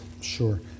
Sure